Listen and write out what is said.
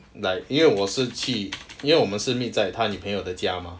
like 因为我是去因为我们是 meet 在他女朋友的家 mah